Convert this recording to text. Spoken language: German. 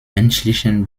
menschlichen